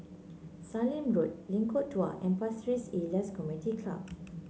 Sallim Road Lengkong Dua and Pasir Ris Elias Community Club